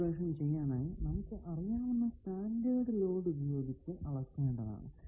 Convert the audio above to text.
calibration ചെയ്യാനായി നമുക്ക് അറിയാവുന്ന സ്റ്റാൻഡേർഡ് ലോഡ് ഉപയോഗിച്ച് അളക്കേണ്ടതാണ്